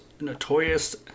notorious